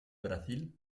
brasil